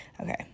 Okay